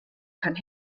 kann